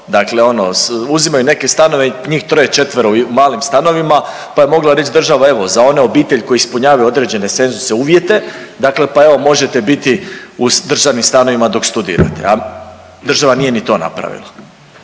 Dakle ono uzimaju neke stanove, njih troje, četvero u malim stanovima pa je mogla reći država, evo, za one obitelji koje ispunjavaju određene cenzuse, uvjete dakle pa evo možete biti u državnim stanovima dok studirate, a država nije ni to napravila.